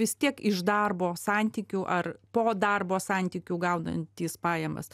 vis tiek iš darbo santykių ar po darbo santykių gaunantys pajamas